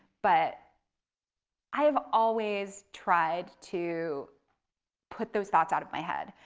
but i have always tried to put those thoughts out of my head.